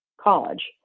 college